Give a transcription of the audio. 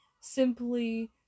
simply